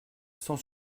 sans